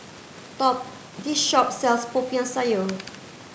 this shop sells Popiah Sayur